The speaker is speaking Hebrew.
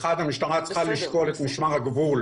האחת, המשטרה צריכה לשקול את משמר הגבול,